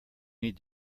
need